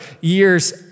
years